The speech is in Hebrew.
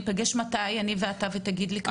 מתי ניפגש ותגיד לי כמה גייסת?